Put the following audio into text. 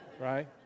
Right